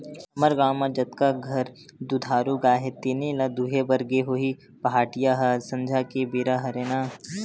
हमर गाँव म जतका घर दुधारू गाय हे तेने ल दुहे बर गे होही पहाटिया ह संझा के बेरा हरय ना